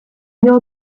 vio